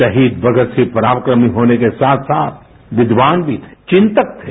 शहीद भगतसिंह पराक्रमी होने के साथ साथ विद्वान भी थे चिन्तक थे